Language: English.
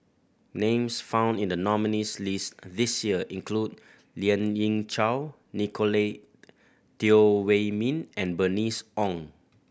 names found in the nominees' list this year include Lien Ying Chow Nicolette Teo Wei Min and Bernice Ong